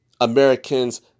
Americans